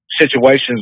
situations